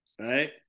right